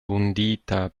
vundita